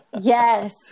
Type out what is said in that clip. yes